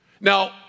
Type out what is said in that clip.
Now